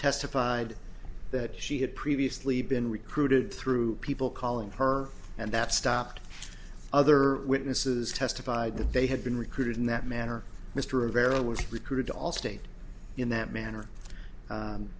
testified that she had previously been recruited through people calling her and that stopped other witnesses testified that they had been recruited in that manner mr rivera was recruited to allstate in that manner